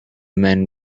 men